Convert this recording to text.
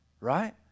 right